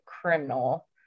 criminal